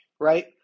right